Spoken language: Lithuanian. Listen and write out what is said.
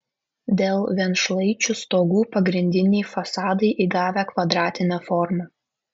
dėl vienšlaičių stogų pagrindiniai fasadai įgavę kvadratinę formą